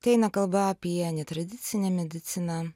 tai eina kalba apie netradicinę mediciną